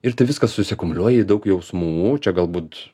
ir tai viskas susikomulikuoja į daug jausmų čia galbūt